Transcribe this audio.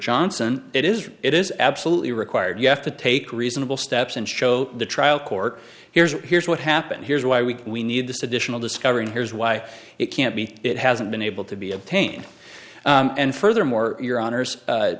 johnson it is it is absolutely required you have to take reasonable steps and show the trial court here's here's what happened here's why we can we need this additional discovering here's why it can't be it hasn't been able to be obtained and furthermore your honour's